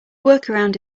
workaround